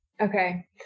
Okay